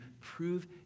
prove